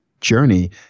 journey